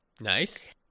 Nice